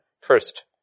first